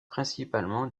principalement